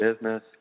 business